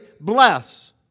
bless